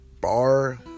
bar